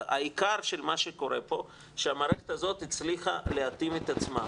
העיקר של מה שקורה פה שהמערכת הזאת הצליחה להתאים את עצמה.